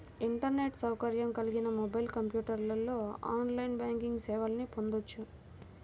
internet సౌకర్యం కలిగిన mobile, కంప్యూటర్లో ఆన్లైన్ బ్యాంకింగ్ సేవల్ని పొందొచ్చు